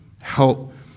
Help